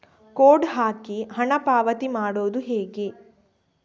Code ಹಾಕಿ ಹಣ ಪಾವತಿ ಮಾಡೋದು ಹೇಗೆ?